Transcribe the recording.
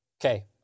Okay